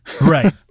Right